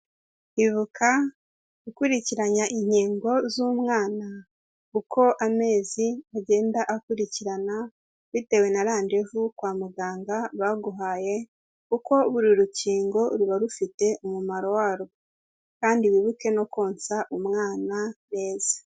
Ibuka gukurikiranya inkingo z'umwana uko amezi agenda akurikirana, bitewe na randevu kwa muganga baguhaye. Kuko buri rukingo ruba rufite umumaro warwo kandi wibuke no konsa umwana neza.